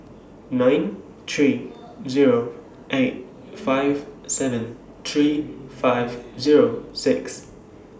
nine three Zero eight five seven three five Zero six